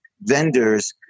vendors